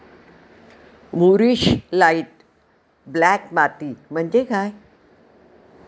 मूरिश light black माती म्हणजे काय?